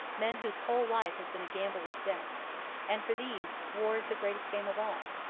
men whose whole life has been a gamble with death and for these, war is the greatest game of all.